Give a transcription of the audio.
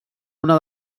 una